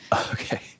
okay